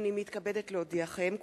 הנני מתכבדת להודיעכם,